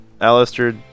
Alistair